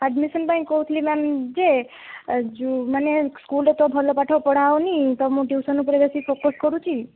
admission ପାଇଁ କହୁଥିଲି ma'am ଯେ ମାନେ ସ୍କୁଲରେ ତ ଭଲ ପାଠ ପଢ଼ା ହେଉନି ତ ମୁଁ ଟ୍ୟୁସନ୍ ଉପରେ ବେଶୀ ଫୋକସ୍ କରୁଛି